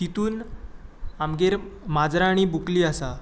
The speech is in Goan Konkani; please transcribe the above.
तितूंत आमगेर माजरां आनी बुकली आसा